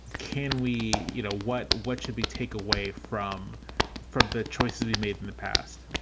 can we. you know what? what should we take away from from the choices we made in the past?